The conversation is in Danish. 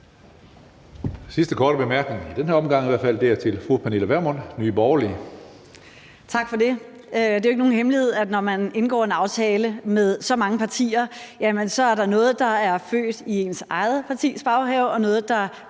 sidste korte bemærkning i den her omgang i hvert fald er til fru Pernille Vermund, Nye Borgerlige. Kl. 16:18 Pernille Vermund (NB): Tak for det. Det er jo ikke nogen hemmelighed, at når man indgår en aftale med så mange partier, er der noget, der er groet i ens eget partis baghave, og noget, der